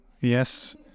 yes